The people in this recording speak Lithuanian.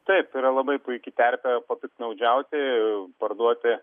taip yra labai puiki terpė papiktnaudžiauti parduoti